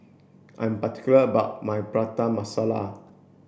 I'm particular about my Prata Masala